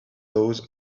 those